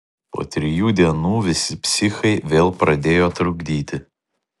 po trijų dienų visi psichai vėl pradėjo trukdyti